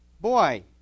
Boy